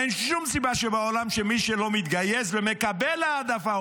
אין שום סיבה בעולם שמי שלא מתגייס ומקבל העדפה,